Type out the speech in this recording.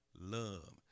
love